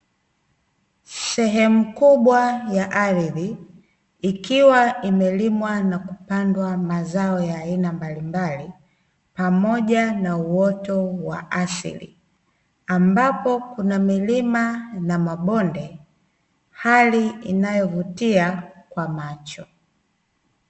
Sehemu kubwa ya ardhi, ikiwa imelimwa na kupandwa mazao ya aina mbalimbali, pamoja na uoto wa asili, ambapo kuna milima na mabonde hali inayovutia kwa macho.